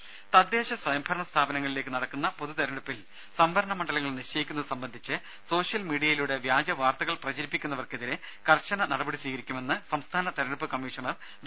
രുമ തദ്ദേശ സ്വയംഭരണ സ്ഥാപനങ്ങളിലേക്ക് നടക്കുന്ന പൊതുതിരഞ്ഞെടുപ്പിൽ സംവരണ മണ്ഡലങ്ങൾ നിശ്ചയിക്കുന്നതു സംബന്ധിച്ച് സോഷ്യൽ മീഡിയയിലൂടെ വ്യാജ വാർത്തകൾ പ്രചരിപ്പിക്കുന്നവർക്കെതിരെ കർശന നടപടി സ്വീകരിക്കുമെന്ന് സംസ്ഥാന തെരഞ്ഞെടുപ്പ് കമ്മീഷണർ വി